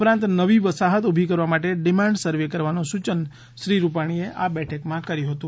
ઉપરાંત નવી વસાહત ઊભી કરવામાટે ડિ માન્ડ સર્વે કરવાનું સૂચન શ્રી રૂપાણીએ આ બેઠકમાં કર્યું હતું